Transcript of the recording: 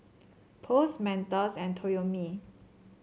Post Mentos and Toyomi